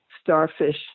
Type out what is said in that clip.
Starfish